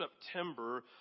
September